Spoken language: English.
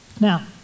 Now